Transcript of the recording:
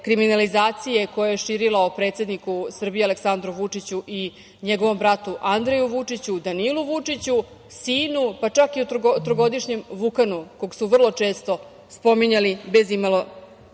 kriminalizacije koje je širila o predsedniku Srbije, Aleksandru Vučiću i njegovom bratu Andreju Vučiću, Danilu Vučiću sinu, pa čak i trogodišnjem Vukanu kog su vrlo često spominjali bez imalo